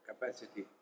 capacity